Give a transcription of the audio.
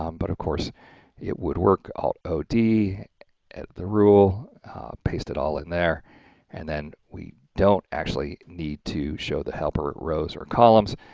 um but of course it would work out o d at the rule paste it all in there and then we don't actually need to show the helper rows or columns.